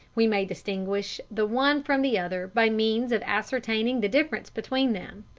we may distinguish the one from the other by means of ascertaining the difference between them.